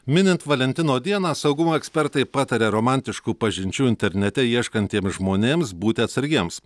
minint valentino dieną saugumo ekspertai pataria romantiškų pažinčių internete ieškantiems žmonėms būti atsargiems